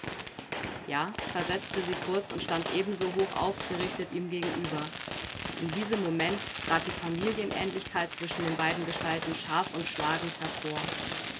ja versetzte sie kurz und stand ebenso hoch aufgerichtet ihm gegenüber in diesem moment trat die familienähnlichkeit zwischen den beiden gestalten scharf und schlagend hervor